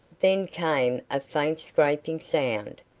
then came a faint scraping sound,